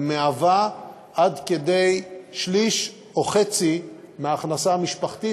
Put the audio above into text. היא עד שליש או חצי מההכנסה המשפחתית,